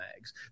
mags